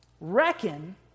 reckon